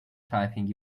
typing